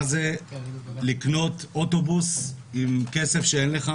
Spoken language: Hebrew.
מה זה לקנות אוטובוס עם כסף שאין לך